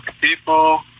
people